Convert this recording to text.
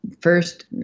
First